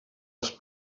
els